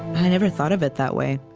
i never thought of it that way.